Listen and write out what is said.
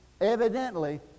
Evidently